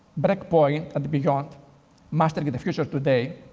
break-point and beyond mastering the future today',